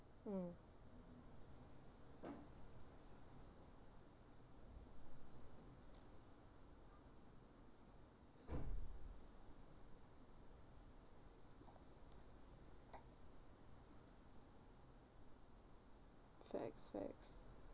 mm facts facts